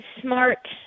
smart